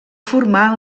formar